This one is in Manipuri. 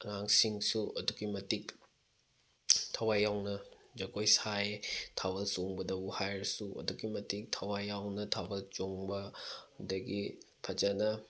ꯑꯉꯥꯡꯁꯤꯡꯁꯨ ꯑꯗꯨꯛꯀꯤ ꯃꯇꯤꯛ ꯊꯋꯥꯏ ꯌꯥꯎꯅ ꯖꯒꯣꯏ ꯁꯥꯏ ꯊꯥꯕꯜ ꯆꯣꯡꯕꯗꯕꯨ ꯍꯥꯏꯔꯁꯨ ꯑꯗꯨꯛꯀꯤ ꯃꯇꯤꯛ ꯊꯋꯥꯏ ꯌꯥꯎꯅ ꯊꯥꯕꯜ ꯆꯣꯡꯕ ꯑꯗꯒꯤ ꯐꯖꯅ